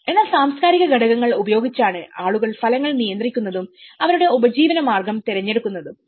എന്നാൽ സാംസ്കാരിക ഘടകങ്ങൾ ഉപയോഗിച്ചാണ് ആളുകൾ ഫലങ്ങൾ നിയന്ത്രിക്കുന്നതും അവരുടെ ഉപജീവനമാർഗ്ഗം തിരഞ്ഞെടുക്കുന്നതും